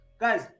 Guys